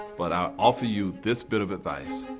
but i'll offer you this bit of advice.